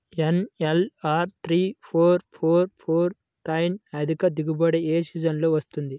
NLR three four four four nine అధిక దిగుబడి ఏ సీజన్లలో వస్తుంది?